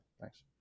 Thanks